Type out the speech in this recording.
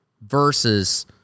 versus